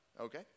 okay